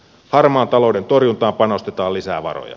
harmaan talouden torjuntaan panostetaan lisää varoja